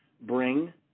bring